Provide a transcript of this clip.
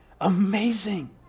Amazing